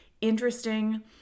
interesting